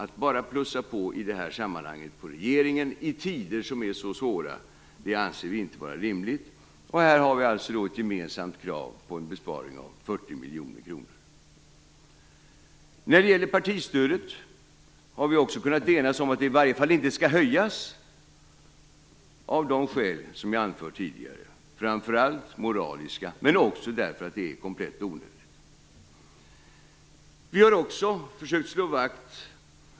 Att i det här sammanhanget bara öka regeringens resurser i tider som är så svåra anser vi inte vara rimligt, och här har vi alltså ett gemensamt krav på en besparing på 40 När det gäller partistödet har vi också kunnat enas om att det i varje fall inte skall höjas, av de skäl som jag har anfört tidigare, framför allt moraliska, men också därför att det är komplett onödigt.